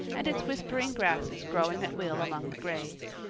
and its whispering grasses growing at will among the graves.